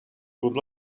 good